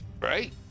Right